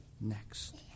next